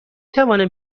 توانم